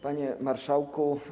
Panie Marszałku!